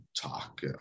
talk